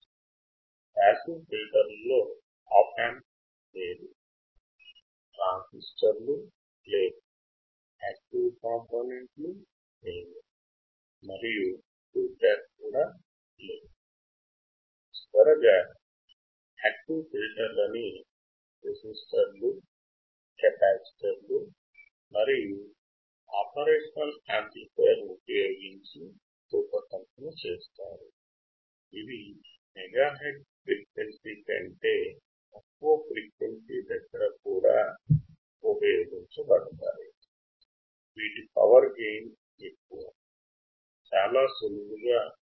passive ఫిల్టర్లలలో op amp లేదు ట్రాన్సిస్టర్లు లేవు యాక్టివ్ కాంపోనెంట్ట్లు లేవు మరియు ఫీడ్ బ్యాక్ కూడా లేదు